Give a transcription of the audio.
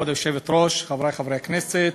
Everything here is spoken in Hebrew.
כבוד היושבת-ראש, חברי חברי הכנסת,